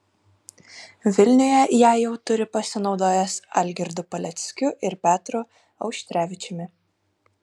vilniuje ją jau turi pasinaudojęs algirdu paleckiu ir petru auštrevičiumi